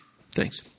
Thanks